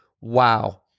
wow